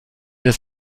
das